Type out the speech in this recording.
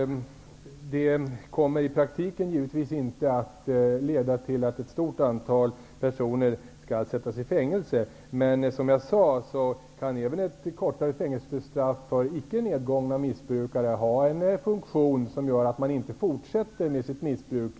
Det kommer givetvis inte i praktiken att leda till att ett stort antal personer skall sättas i fängelse. Men, som jag sade, även ett kortare fängelsestraff kan för icke nedgångna missbrukare ha den funktionen att de inte fortsätter med sitt missbruk.